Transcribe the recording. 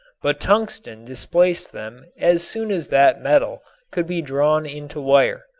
but tungsten displaced them as soon as that metal could be drawn into wire.